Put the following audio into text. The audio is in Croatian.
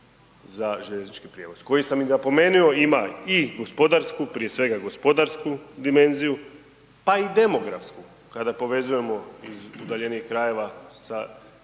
za željeznički prijevoz koji sam i napomenuo ima i gospodarsku, prije svega gospodarsku dimenziju, pa i demografsku kada povezujemo iz udaljenijih krajeva sa